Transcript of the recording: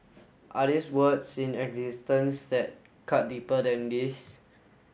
are this words in existence that cut deeper than these